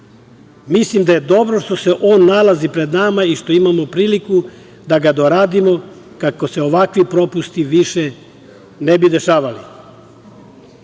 mislim da je dobro što se ovo nalazi pred nama i što imamo priliku da ga doradimo kako se ovakvi propusti više ne bi dešavali.U